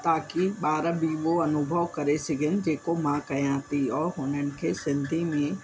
ताकि ॿार बि उहो अनुभव करे सघनि जेको मां कयां थी उहो हुननि खे सिंधी में